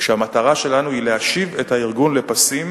כשהמטרה שלנו היא להשיב את הארגון לפסים